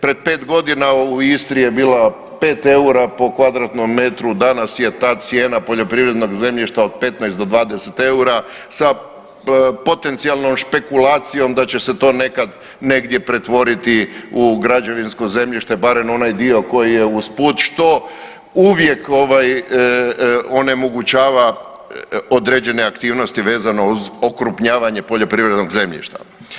Pred 5.g. u Istri je bilo 5 eura po m2, danas je ta cijena poljoprivrednog zemljišta od 15 do 20 eura sa potencijalnom špekulacijom da će se to nekad negdje pretvoriti u građevinsko zemljište, barem onaj dio koji je uz put, što uvijek ovaj onemogućava određene aktivnosti vezano uz okrupnjavanje poljoprivrednog zemljišta.